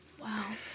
Wow